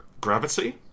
Gravity